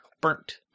burnt